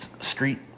street